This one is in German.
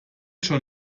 schon